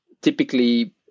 typically